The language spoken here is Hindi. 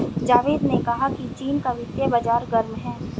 जावेद ने कहा कि चीन का वित्तीय बाजार गर्म है